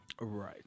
Right